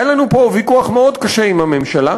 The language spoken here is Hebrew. היה לנו פה ויכוח מאוד קשה עם הממשלה.